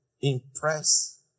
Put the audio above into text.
impress